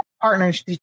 partners